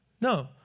no